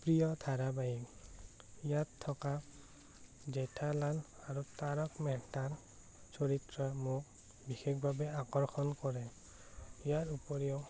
প্ৰিয় ধাৰাবাহীক ইয়াত থকা জেঠালাল আৰু তাৰক মেহতাৰ চৰিত্ৰ মোক বিশেষভাৱে আকৰ্ষণ কৰে ইয়াৰ উপৰিও